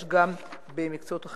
יש גם במקצועות אחרים.